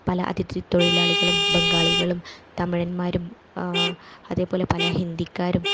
പല അതിഥിത്തൊഴിലാളികളും ബംഗാളികളും തമിഴന്മാരും അതേപോലെ പല ഹിന്ദിക്കാരും